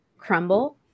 crumble